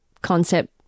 concept